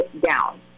down